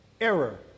error